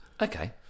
Okay